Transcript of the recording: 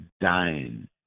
dying